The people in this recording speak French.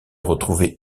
retrouvée